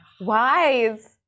wise